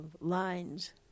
lines